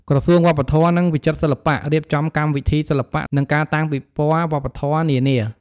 ក្រសួងវប្បធម៌ និងវិចិត្រសិល្បៈ រៀបចំកម្មវិធីសិល្បៈ និងការតាំងពិព័រណ៍វប្បធម៌នានា។